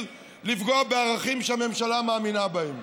של לפגוע בערכים שהממשלה מאמינה בהם.